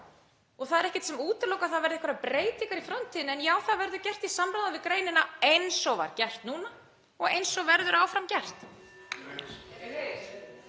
Það er ekkert sem útilokar að það verði einhverjar breytingar í framtíðinni en já, það verður gert í samráði við greinina eins og var gert núna og eins og verður áfram gert.